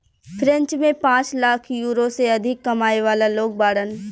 French में पांच lakh euro से अधिक कमाए वाला लोग बाड़न